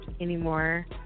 anymore